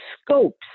scopes